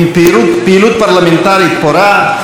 עם פעילות פרלמנטרית פורה.